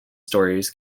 stories